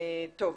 טוב,